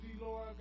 Lord